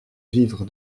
vivre